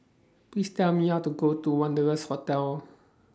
Please Tell Me How to Go to Wanderlust Hotel